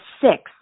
six